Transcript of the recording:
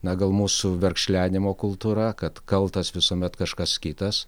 na gal mūsų verkšlenimo kultūra kaltas visuomet kažkas kitas